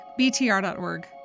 btr.org